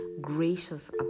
gracious